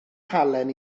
halen